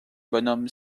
bonhomme